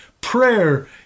prayer